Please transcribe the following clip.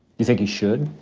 you think he should?